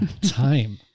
time